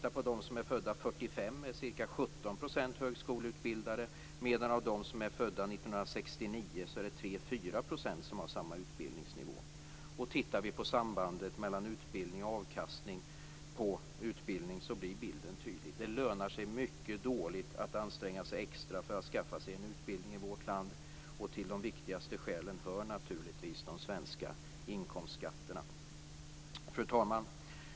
Av dem som är födda 1945 är ca 1969 är det 3-4 % som har samma utbildningsnivå. Sambandet mellan utbildning och avkastning på utbildning ger en tydlig bild. Det lönar sig mycket dåligt att anstränga sig extra för att skaffa sig en utbildning i vårt land, och till de viktigaste skälen hör naturligtvis de svenska inkomstskatterna. Fru talman!